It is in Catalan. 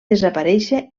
desaparèixer